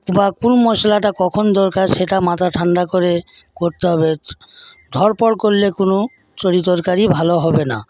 বা কোন মশলাটা কখন দরকার সেটা মাথা ঠান্ডা করে করতে হবে ধড়ফড় করলে কোনো তরিতরকারি ভালো হবে না